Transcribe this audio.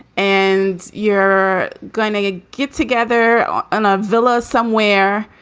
and you're going to a get together and a villa somewhere.